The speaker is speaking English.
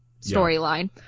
storyline